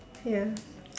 ya